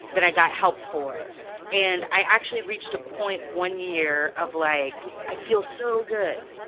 that i got help for and i actually reached a point, one year, of like, i feel so good,